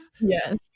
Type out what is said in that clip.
Yes